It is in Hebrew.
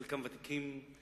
חלקם ותיקים,